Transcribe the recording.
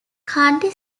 county